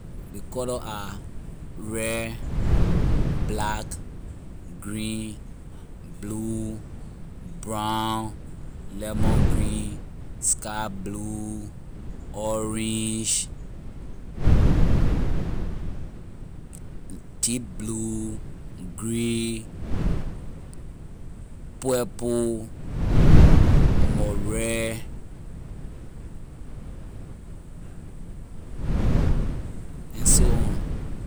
Ley color are red, black, green, blue, brown, lemon- green, sky- blue orange, deep blue, grey, purple, mor- red, and so on.